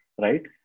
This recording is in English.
right